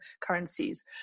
currencies